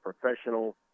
professional